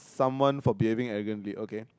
someone for behaving arrogantly okay